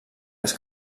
les